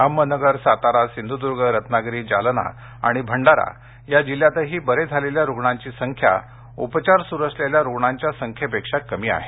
अहमदनगर सातारा सिंधुद्र्ग रत्नागिरी जालना आणि भंडारा या जिल्ह्यांतही बरे झालेल्या रुग्णांची संख्या उपचार सुरू असलेल्या रुग्णांच्या संख्येपेक्षा कमी आहे